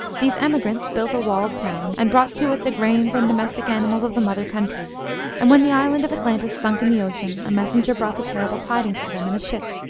these emigrants built a walled town, and brought to it the grains and domestic animals of the mother country and when the island of atlantis sunk in the ocean, a messenger brought the terrible tidings to them in a ship.